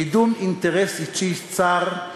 קידום אינטרס אישי צר,